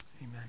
amen